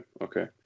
okay